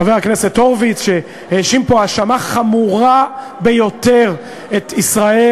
או חבר הכנסת הורוביץ שהאשים פה האשמה חמורה ביותר את ישראל